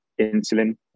insulin